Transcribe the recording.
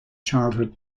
childhood